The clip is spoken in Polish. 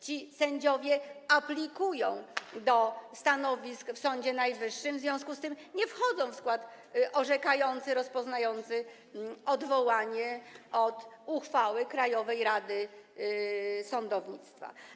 Ci sędziowie aplikują na stanowiska w Sądzie Najwyższym, w związku z tym nie wchodzą w skład orzekający, rozpoznający odwołanie od uchwały Krajowej Rady Sądownictwa.